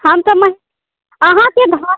हम तऽ महि अहाँके घर